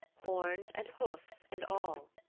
horns and hoofs and all.